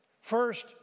First